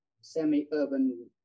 semi-urban